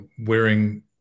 wearing